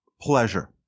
pleasure